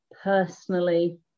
personally